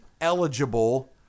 eligible